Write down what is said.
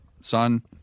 son